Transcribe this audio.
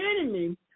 enemy